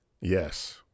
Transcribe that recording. Yes